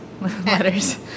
letters